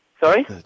Sorry